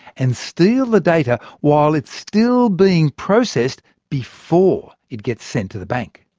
and steal the data while it's still being processed before it gets sent to the bank.